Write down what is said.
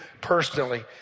personally